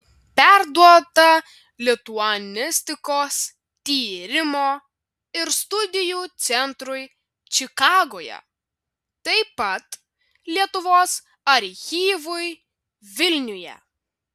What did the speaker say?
perduota lituanistikos tyrimo ir studijų centrui čikagoje taip pat lietuvos archyvui vilniuje